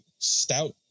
stout